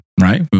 right